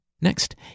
Next